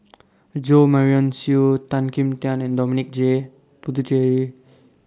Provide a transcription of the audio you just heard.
Jo Marion Seow Tan Kim Tian and Dominic J Puthucheary